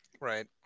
Right